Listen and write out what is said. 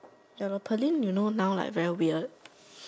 ya lor Pearlyn you know now like very weird